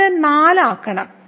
നമ്മൾ ഇത് 4 ആക്കണം